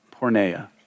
porneia